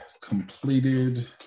completed